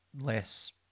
less